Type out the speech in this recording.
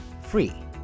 free